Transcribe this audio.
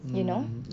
you know